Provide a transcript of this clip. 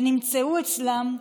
ונמצאו אצלם,